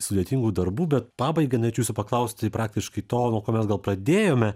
sudėtingų darbų bet pabaigai norėčiau jūsų paklausti praktiškai to nuo ko mes gal pradėjome